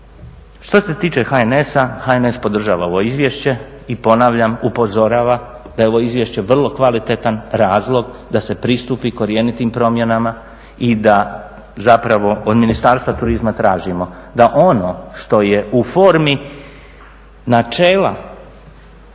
Što se tiče HNS-a, HNS podržava ovo izvješće i ponavljam upozorava da je ovo izvješće vrlo kvalitetan razlog da se pristupi korjenitim promjenama i da zapravo od Ministarstva turizma tražimo da ono što je u formi načela